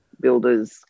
builder's